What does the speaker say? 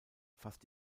fast